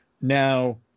Now